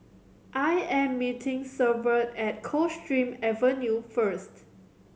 I am meeting Severt at Coldstream Avenue first